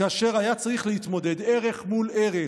כאשר היה צריך להתמודד, ערך מול ערך,